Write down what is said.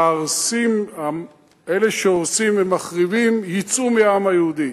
שהמהרסים, אלה שעושים ומחריבים, יצאו מהעם היהודי.